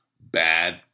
bad